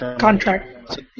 contract